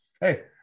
hey